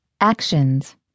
Actions